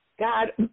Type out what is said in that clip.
God